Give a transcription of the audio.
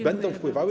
będą wpływały.